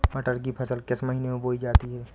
मटर की फसल किस महीने में बोई जाती है?